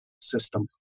system